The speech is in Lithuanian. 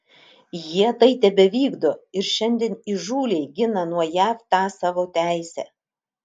jie tai tebevykdo ir šiandien įžūliai gina nuo jav tą savo teisę